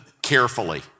Carefully